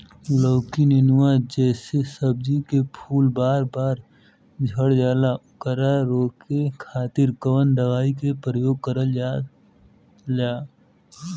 लौकी नेनुआ जैसे सब्जी के फूल बार बार झड़जाला ओकरा रोके खातीर कवन दवाई के प्रयोग करल जा?